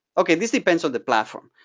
okay this depends on the platform.